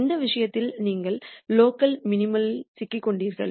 எந்த விஷயத்தில் நீங்கள் லோக்கல் மினிமம்ல் சிக்கிக்கொண்டீர்கள்